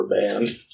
band